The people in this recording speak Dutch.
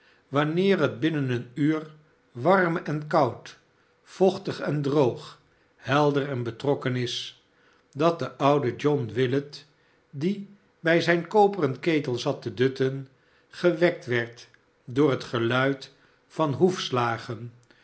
wanneer het binnen een uur warm en koud vochtig en droog helder en betrokken is dat de oude john willet die bij zijn koperen ketel zat te dutten gewekt werd door het geluid van